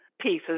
pieces